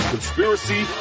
Conspiracy